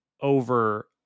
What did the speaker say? over